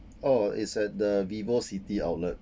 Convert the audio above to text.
oh it's at the vivocity outlet